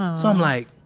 so, i'm like,